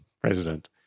president